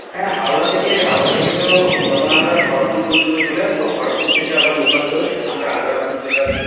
হ্যাঁ হাওড়া থেকে হাওড়া থেকে তো তখন আমরা খড়গপুর পর্যন্ত চলে আসব খড়গপুর থেকে আবার লোকাল ধরে আমরা আদ্রা তখন চলে আসব